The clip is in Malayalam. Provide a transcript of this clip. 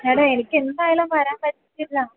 മേഡം എനിക്ക് എന്തായാലും വരാൻ പറ്റില്ല